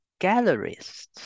gallerists